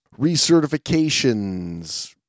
recertifications